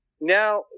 now